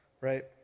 Right